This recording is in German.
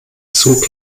zug